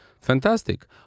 Fantastic